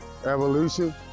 Evolution